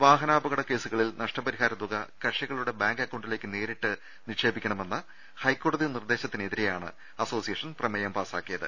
വാഹനാപകട കേസുകളിൽ നഷ്ടപ രിഹാരത്തുക കക്ഷികളുടെ ബാങ്ക് അക്കൌണ്ടിലേക്ക് നേരിട്ട് നിക്ഷേപിക്കണമെന്ന ഹൈക്കോടതി നിർദ്ദേശ ത്തിനെതിരെയാണ് അസോസിയേഷൻ പ്രമേയം പാസ്സാ ക്കിയത്